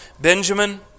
Benjamin